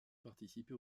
participer